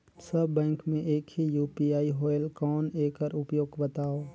सब bank मे एक ही यू.पी.आई होएल कौन एकर उपयोग बताव?